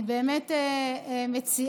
אני באמת מציעה